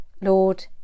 Lord